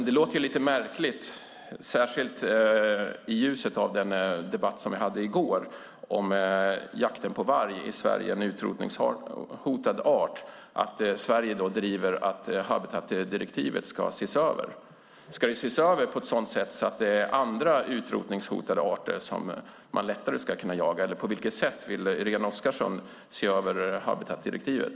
Det låter märkligt i ljuset av gårdagens debatt om jakten på varg i Sverige - en utrotningshotad art - att Sverige driver att habitatdirektivet ska ses över. Ska det ses över på ett sådant sätt att man lättare ska kunna jaga andra utrotningshotade arter? På vilket sätt vill Irene Oskarsson se över habitatdirektivet?